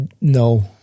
No